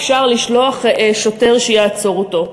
אפשר לשלוח שוטר שיעצור אותו.